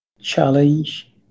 challenge